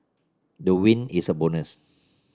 the win is a bonus